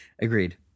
agreed